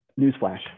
newsflash